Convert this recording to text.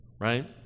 right